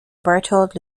berthold